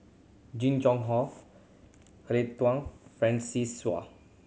Jing Jun Hong Eleanor Wong Francis Seow